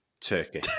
turkey